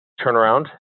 turnaround